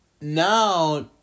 Now